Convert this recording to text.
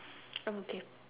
I'm okay